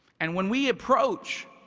and when we approach